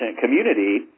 community